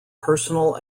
personal